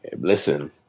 listen